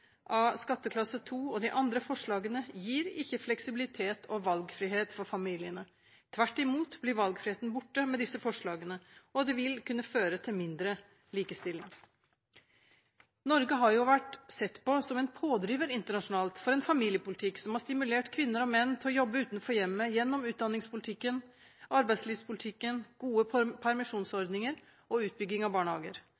av skatteklasse 2 og de andre forslagene – gis ikke familiene fleksibilitet og valgfrihet. Tvert imot blir valgfriheten borte med disse forslagene, og det vil kunne føre til mindre likestilling. Norge har vært sett på som en pådriver internasjonalt for en familiepolitikk som har stimulert kvinner og menn til å jobbe utenfor hjemmet, gjennom utdanningspolitikken, arbeidslivspolitikken, gode